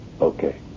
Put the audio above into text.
Okay